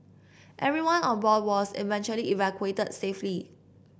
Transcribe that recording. everyone on board was eventually evacuated safely